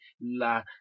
la